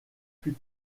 plus